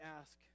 ask